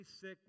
sick